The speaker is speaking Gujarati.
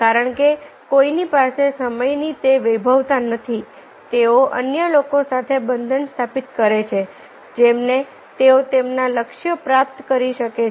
કારણ કે કોઈની પાસે સમયની તે વૈભવતા નથી તેઓ અન્ય લોકો સાથે બંધન સ્થાપિત કરે છે જેમને તેઓ તેમના લક્ષ્યો પ્રાપ્ત કરી શકે છે